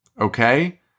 Okay